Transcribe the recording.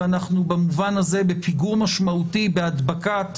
אנחנו במובן הזה בפיגור משמעותי בהדבקת